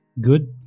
good